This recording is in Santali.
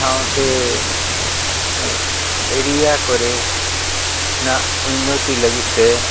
ᱥᱟᱶᱛᱮ ᱮᱨᱤᱭᱟ ᱠᱚᱨᱮᱱᱟᱜ ᱩᱱᱱᱚᱛᱤ ᱞᱟᱹᱜᱤᱫ ᱛᱮ